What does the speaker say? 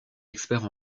experts